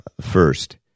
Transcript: first